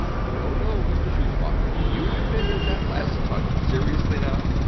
no, no, mr schutzmacher. you invented that last touch. seriously, now?